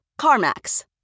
CarMax